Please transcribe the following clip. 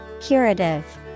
Curative